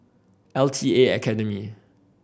L T A Academy